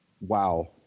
wow